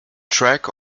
track